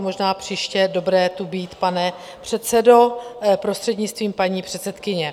Možná příště je dobré tu být, pane předsedo, prostřednictvím paní předsedkyně.